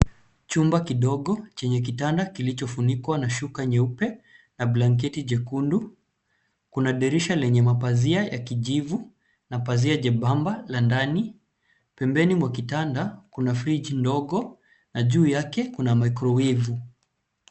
Chumba kidogo chenye kitanda kilicho funikwa na shuka nyeupe na blanketi jekundu kuna dirisha lenye emapazia ya kijivu na pazia jembamba la ndani. Pembeni mwa kitanda kuna friji ndogo na juu yake kuna microwave .